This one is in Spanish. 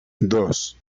dos